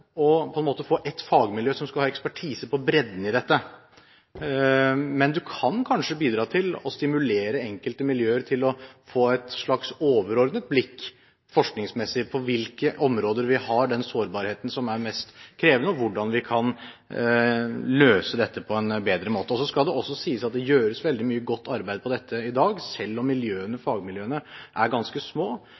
og det er veldig mange som har aksjer i denne tematikken. Det gjør det også komplisert å få ett fagmiljø som skal ha ekspertise på bredden i dette, men man kan kanskje bidra til å stimulere enkelte miljøer til å få et slags overordnet blikk forskningsmessig på hvilke områder vi har den mest krevende sårbarheten, og hvordan vi kan løse dette på en bedre måte. Så skal det også sies at det gjøres veldig mye godt arbeid på dette området i dag. Selv om fagmiljøene er ganske små,